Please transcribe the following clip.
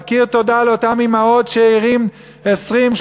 להכיר תודה לאותן אימהות שערות 20,